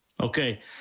okay